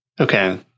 Okay